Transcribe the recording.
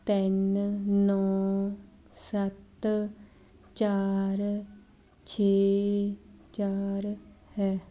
ਤਿੰਨ ਨੌਂ ਸੱਤ ਚਾਰ ਛੇ ਚਾਰ ਹੈ